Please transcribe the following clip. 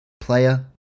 player